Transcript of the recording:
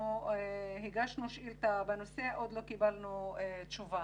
הגשנו שאילתה בנושא ועדיין לא קיבלנו תשובה.